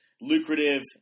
lucrative